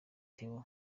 theo